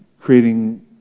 creating